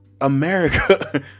America